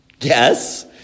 Yes